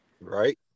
Right